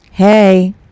Hey